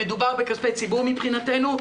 מדובר בכספי ציבור מבחינתנו,